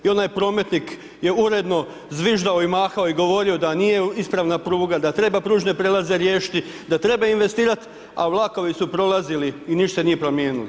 I onaj prometnik je uredno zviždao i mahao i govorio da nije ispravna pruga, da treba pružne prijelaze riješiti, da treba investirati a vlakovi su prolazili i ništa se nije promijenilo.